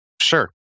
sure